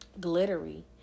glittery